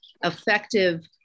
effective